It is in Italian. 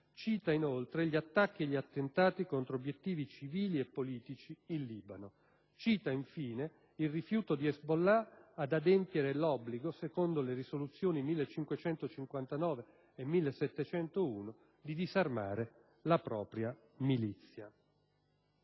cita, inoltre, gli attacchi e gli attentati contro obiettivi civili e politici in Libano; cita, infine, il rifiuto di Hezbollah ad adempiere l'obbligo, secondo le risoluzioni 1559 e 1701, di disarmare la propria milizia.